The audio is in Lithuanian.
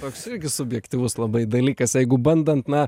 toks irgi subjektyvus labai dalykas jeigu bandant na